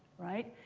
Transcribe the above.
right?